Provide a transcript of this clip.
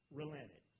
relented